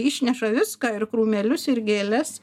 išneša viską ir krūmelius ir gėles